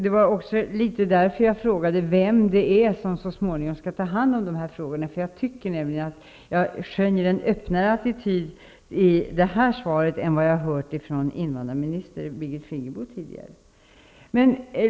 Det var också därför jag frågade vem det är som så småningom skall ta hand om dessa frågor. Jag skönjer en öppnare attityd i detta svar än vad jag hört från invandrarminister Birgit Friggebo tidigare.